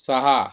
सहा